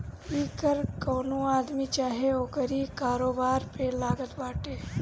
इ कर कवनो आदमी चाहे ओकरी कारोबार पे लागत बाटे